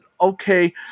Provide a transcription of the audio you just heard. okay